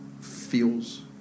feels